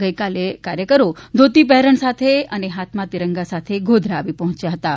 ગઇકાલે કાર્યકરો ધોતી પહેરણ સાથે હાથમાં તિરંગા સાથે તેઓ ગોધરા ખાતે આવી પહોંચ્યા હતાં